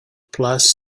plus